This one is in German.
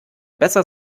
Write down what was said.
besser